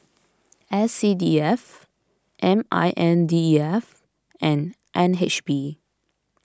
S C D F M I N D E F and N H B